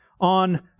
on